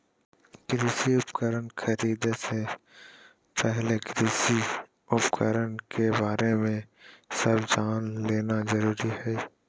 कृषि उपकरण खरीदे से पहले कृषि उपकरण के बारे में सब जान लेना जरूरी हई